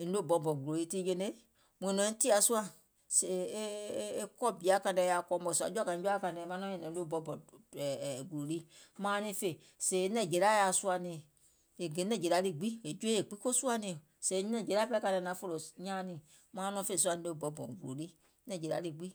e noo bɔunbɔ̀ùŋ gùlò lii tiŋ jeiŋ ne, mùŋ nɔ̀iŋ tìȧ sùȧ sèè e kɔɔ bìaȧ kȧìŋ nɛ yaȧ kɔɔ mɔ̀ɛ̀ sùȧ, jɔ̀ȧkàiŋ jɔaȧ kȧìŋ nɛ maŋ nɔŋ nyɛ̀nɛŋ noo bɔunbɔ̀ùŋ gùlò lii maaŋ niŋ nɔ̀ŋ fè sùȧ, sèè nɛ̀njèla yaȧ suȧuŋ niìŋ, è gè nɛ̀njèla lii gbiŋ è joeye gbiŋ ko suȧuŋ niìŋ, sèè nɛ̀njèlaȧ kȧìŋ nɛ naŋ fòlò nyaȧuŋ niìŋ, mauŋ nɔ̀ŋ fè sùȧ noo bɔunbɔ̀ùŋ gùlò lii nɛ̀ŋjèla lii gbiŋ